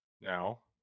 Now